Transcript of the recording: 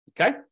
Okay